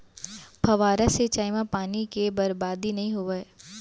फवारा सिंचई म पानी के बरबादी नइ होवय